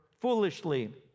foolishly